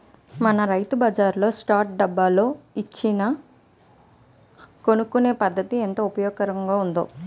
మన రైతు బజార్లో స్పాట్ లో డబ్బులు ఇచ్చి కొనుక్కునే పద్దతి ఎంతో ఉపయోగకరంగా ఉంటుంది